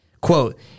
quote